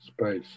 Space